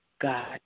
God